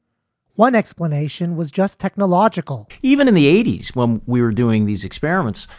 one explanation was just technological even in the eighty s when we were doing these experiments,